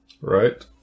Right